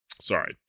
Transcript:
Sorry